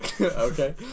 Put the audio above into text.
Okay